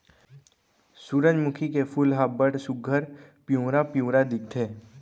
सुरूजमुखी के फूल ह बड़ सुग्घर पिंवरा पिंवरा दिखथे